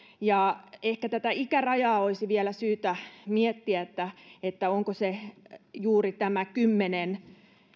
ja ehkä tätä ikärajaa olisi vielä syytä miettiä onko se juuri tämä kymmenen